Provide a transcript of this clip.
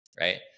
right